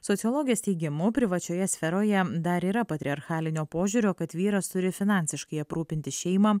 sociologės teigimu privačioje sferoje dar yra patriarchalinio požiūrio kad vyras turi finansiškai aprūpinti šeimą